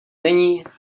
není